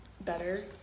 better